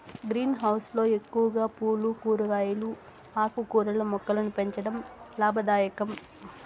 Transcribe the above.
green house లో ఎక్కువగా పూలు, కూరగాయలు, ఆకుకూరల మొక్కలను పెంచడం లాభదాయకం